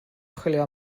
chwilio